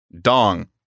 Dong